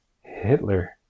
Hitler